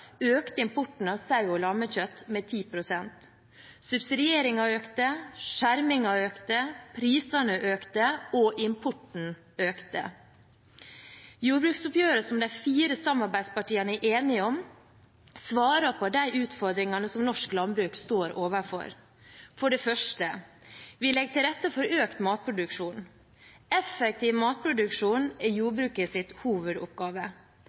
økte importen av saue- og lammekjøtt med 10 pst. Subsidieringen økte, skjermingen økte, prisene økte – og importen økte. Jordbruksoppgjøret som de fire samarbeidspartiene er enige om, svarer på de utfordringene som norsk landbruk står overfor: For det første: Vi legger til rette for økt matproduksjon. Effektiv matproduksjon er jordbrukets hovedoppgave.